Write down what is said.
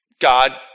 God